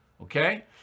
Okay